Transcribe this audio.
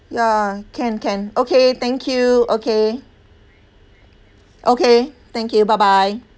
ya can can okay thank you okay okay thank you bye bye